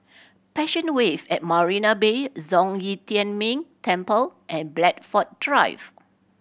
Passion Wave at Marina Bay Zhong Yi Tian Ming Temple and Blandford Drive